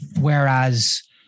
whereas